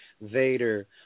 Vader